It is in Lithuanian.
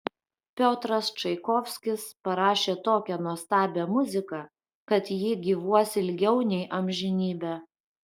piotras čaikovskis parašė tokią nuostabią muziką kad ji gyvuos ilgiau nei amžinybę